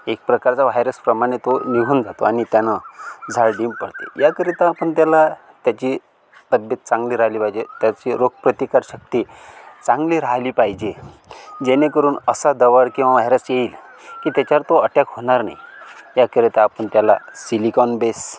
एक प्रकारचा व्हायरसप्रमाणे तो निघून जातो आणि त्यानं झाडीव पडते याकरिता आपण त्याला त्याची तब्येत चांगली राहिली पाहिजे त्याची रोग प्रतिकारकशक्ती चांगली राहिली पाहिजे जेणेकरून असा दवा किंवा व्हायरसची की त्याची की तो अटॅक होणार नाही त्याकरिता आपण त्याला सिलिकॉन बेस